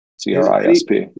C-R-I-S-P